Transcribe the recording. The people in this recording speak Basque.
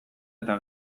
eta